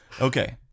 Okay